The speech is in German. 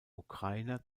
ukrainer